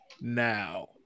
now